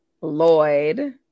Lloyd